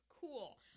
cool